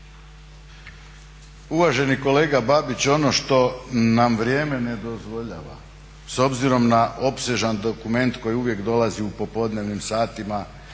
Uvaženi kolega Babić, ono što nam vrijeme ne dozvoljava s obzirom na opsežan dokument koji uvijek dolazi u popodnevnim satima